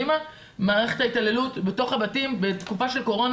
מערכת ההתעללות בתוך הבתים בתקופה של קורונה